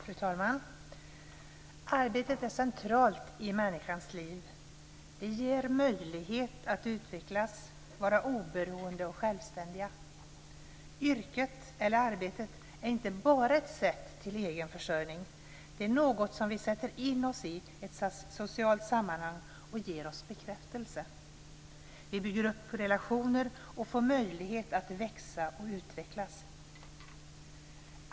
Fru talman! Arbetet är centralt i människans liv. Det ger oss möjlighet att utvecklas, vara oberoende och självständiga. Yrket eller arbetet är inte bara ett sätt att nå egen försörjning. Det är något som sätter in oss i ett socialt sammanhang och ger oss bekräftelse. Vi bygger upp relationer och får möjlighet att växa och utvecklas.